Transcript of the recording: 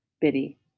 Biddy